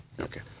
Okay